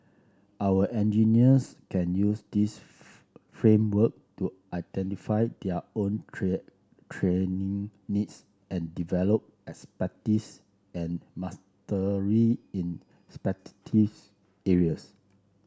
our engineers can use this framework to identify their own trained training needs and develop expertise and mastery in areas